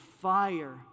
fire